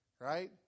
Right